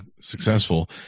successful